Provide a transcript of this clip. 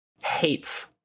Hates